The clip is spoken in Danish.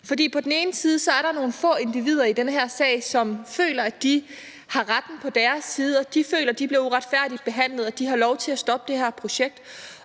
For på den ene side er der nogle få individer i den her sag, som føler, at de har retten på deres side, og føler, at de bliver uretfærdigt behandlet og har lov til at stoppe det her projekt.